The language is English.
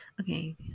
Okay